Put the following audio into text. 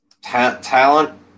Talent